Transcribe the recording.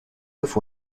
with